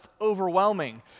overwhelming